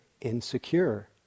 insecure